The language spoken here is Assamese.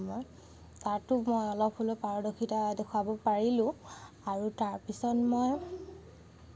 তাতো মই অলপ হ'লেও পাৰদৰ্শিতা দেখুৱাব পাৰিলোঁ আৰু তাৰপিছত মই